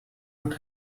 what